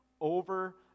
over